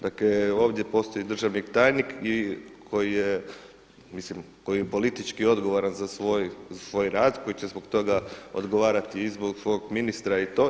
Dakle, ovdje postoji državni tajnik koji je, mislim koji je politički odgovaran za svoj rad, koji će zbog toga odgovarati i zbog svog ministra i to.